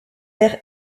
air